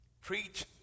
Preach